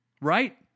right